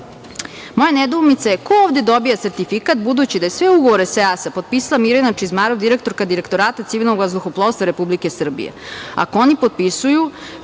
nedoumica je ko ovde dobija sertifikat, budući da je sve ugovore sa EASA potpisala Mirjana Čizmarov, direktorka Direktorata civilnog vazduhoplovstva Republike Srbije. Ako oni potpisuju,